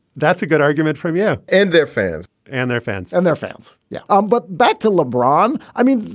that's a good argument from you and their fans and their fans and their fans yeah, um but back to lebron. i mean,